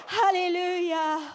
hallelujah